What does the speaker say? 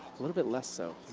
a little bit less so.